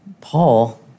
Paul